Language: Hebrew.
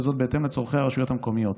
וזאת בהתאם לצורכי הרשויות המקומיות.